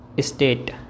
state